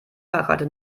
fahrkarte